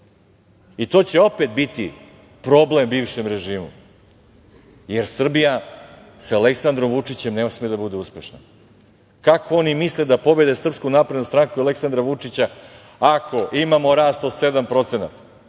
To će opet biti problem bivšem režimu, jer Srbija sa Aleksandrom Vučćem ne sme da bude uspešna. Kako oni misle da pobede SNS i Aleksandra Vučića, ako imamo rast od 7%,